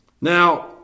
Now